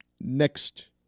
next